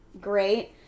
great